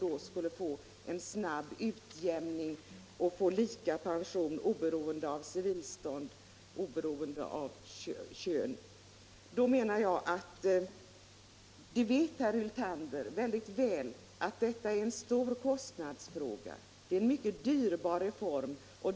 Man skulle snabbt åstadkomma en utjämning; pensionärerna skulle få samma pension oberoende av civilstånd och kön. Vi vet, herr Hyltander, att detta är en mycket dyrbar reform.